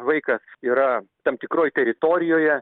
vaika yra tam tikroj teritorijoje